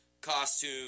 costume